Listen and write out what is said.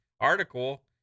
article